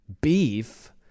beef